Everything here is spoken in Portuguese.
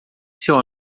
seu